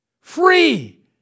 Free